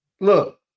Look